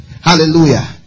Hallelujah